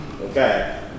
Okay